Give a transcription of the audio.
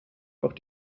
auch